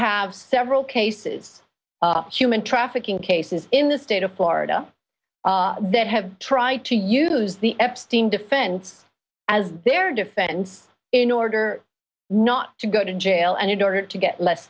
have several cases human trafficking cases in the state of florida that have tried to use the epstein defense as their defense in order not to go to jail and in order to get less